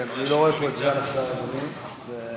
נדמה לי שסגן השר שאמור להשיב לא נמצא פה.